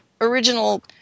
original